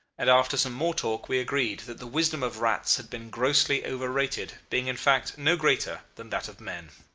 and after some more talk we agreed that the wisdom of rats had been grossly overrated, being in fact no greater than that of men.